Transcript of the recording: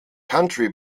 country